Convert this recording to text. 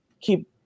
keep